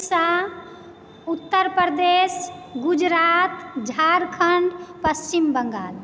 Orissa Uttar Pradesh Gujarat Jharkhand Paschim Bengal